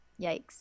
Yikes